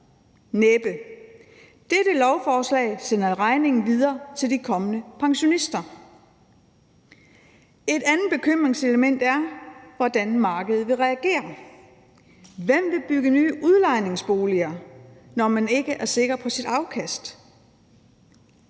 Dette lovforslag sender regningen videre til de kommende pensionister. Et andet bekymringselement er, hvordan markedet vil reagere. Hvem vil bygge nye udlejningsboliger, når man ikke er sikker på sit afkast?